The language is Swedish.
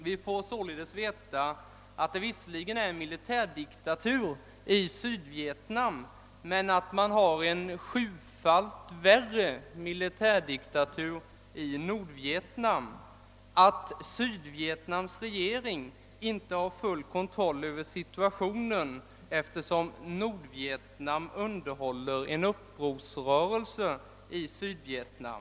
Vi fick således veta att det visserligen är militärdiktatur i Sydvietnam men att militärdiktaturen i Nordvietnam är sjufalt värre och att Sydvietnams regering inte har full kontroll över situationen, eftersom Nordvietnam underhåller en upprorsrörelse i Sydvietnam.